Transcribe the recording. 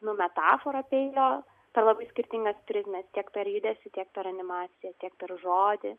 nu metafora peilio per labai skirtingas prizmes tiek per judesį tiek per animaciją tiek per žodį